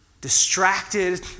distracted